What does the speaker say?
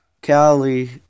Cali